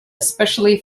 especially